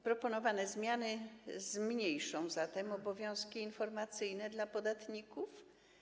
Proponowane zmiany zmniejszą zatem obowiązki informacyjne dla podatników.